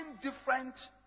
different